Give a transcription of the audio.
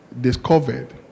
discovered